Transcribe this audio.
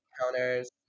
counters